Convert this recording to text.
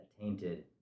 tainted